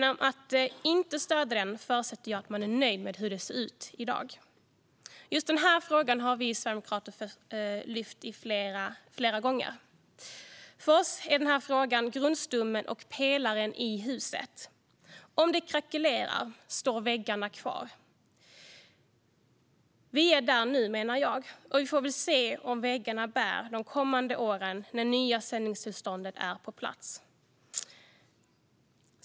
Om man inte stöder den förutsätter jag att man är nöjd med hur det ser ut i dag. Just den här frågan har vi Sverigedemokrater lyft flera gånger. För oss är den grundstommen och pelaren i huset. Om den krackelerar, står väggarna kvar? Jag menar att vi är där nu, och vi får väl se om väggarna bär de kommande åren när det nya sändningstillståndet är på plats.